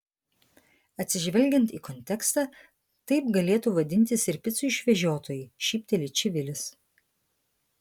atsižvelgiant į kontekstą taip galėtų vadintis ir picų išvežiotojai šypteli čivilis